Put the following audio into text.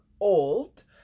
old